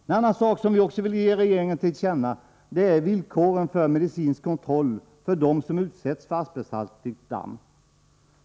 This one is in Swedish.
En annan sak som vi också vill ge regeringen till känna är vår uppfattning när det gäller villkoren för medicinsk kontroll för dem som utsätts för asbesthaltigt damm.